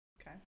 Okay